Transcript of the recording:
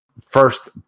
first